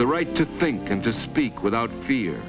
the right to think and to speak without fear